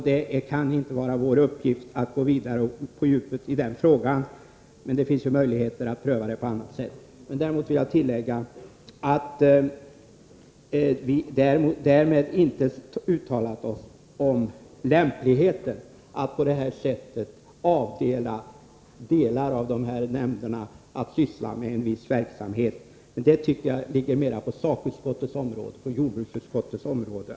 Det kan inte vara vår uppgift att gå vidare och fördjupa oss i den frågan, men det finns möjligheter att pröva den på annat sätt. Jag vill tillägga att vi därmed inte uttalat oss om lämpligheten av att på det här sättet avdela delar av nämnderna för att syssla med en viss verksamhet. Men det tycker jag mera är en fråga som ligger inom jordbruksutskottets område.